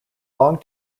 long